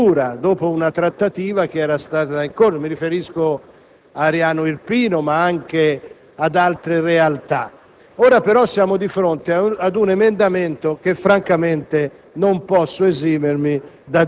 Presidente, durante il dibattito su questo provvedimento ho ritenuto di non intervenire, sia in Commissione che in Aula,